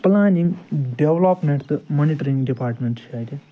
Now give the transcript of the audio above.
planning development تہٕ monitoring department چھِ اَتہِ